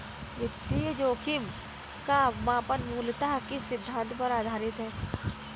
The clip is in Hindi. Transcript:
वित्तीय जोखिम का मापन मूलतः किस सिद्धांत पर आधारित है?